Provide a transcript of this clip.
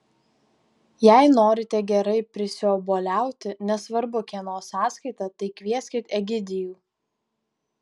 jei norite gerai prisiobuoliauti nesvarbu kieno sąskaita tai kvieskit egidijų